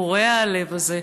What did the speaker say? קורע הלב הזה,